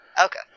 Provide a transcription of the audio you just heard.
okay